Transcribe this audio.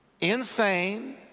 insane